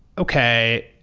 okay,